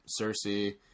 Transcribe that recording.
Cersei